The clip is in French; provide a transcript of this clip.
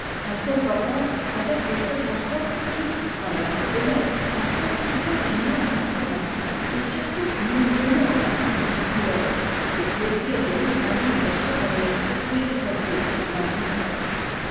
sa concordance avec les circonstances qui sans l'avoir fait naître ont contribué du moins à sa formation et surtout lui ont donné en partie sa couleur le plaisir de lire un livre suranné est toujours un peu languissant